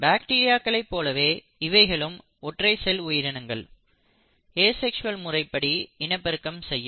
பாக்டீரியாக்களை போலவே இவைகளும் ஒற்றை செல் உயிரினங்கள் ஏசெக்ஸ்வல் முறைப்படி இனப்பெருக்கம் செய்யும்